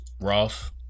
Ross